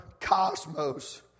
cosmos